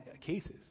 cases